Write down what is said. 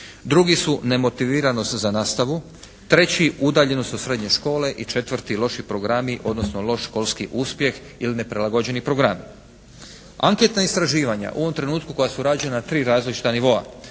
Drugi su nemotiviranost za nastavu. Treći, udaljenost od srednje škole. I četvrti, loši programi odnosno loš školski uspjeh ili neprilagođeni programi. Anketna istraživanja u ovom trenutku koja su rađena u tri različita nivoa